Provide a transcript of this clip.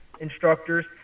instructors